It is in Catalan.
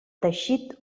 teixit